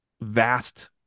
vast